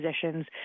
positions